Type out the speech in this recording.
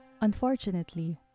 Unfortunately